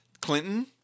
Clinton